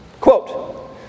Quote